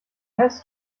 heisst